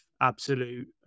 absolute